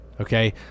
okay